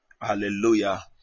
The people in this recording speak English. hallelujah